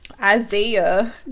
Isaiah